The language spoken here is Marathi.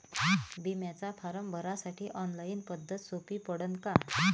बिम्याचा फारम भरासाठी ऑनलाईन पद्धत सोपी पडन का?